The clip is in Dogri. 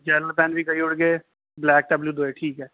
जैल्ल पैन बी करी ओड़गे ब्लैक ते ब्लू दोए ठीक ऐ